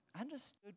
understood